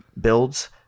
builds